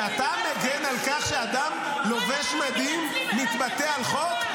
שאתה מגן על כך שאדם לובש מדים מתבטא על חוק?